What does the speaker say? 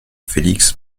felix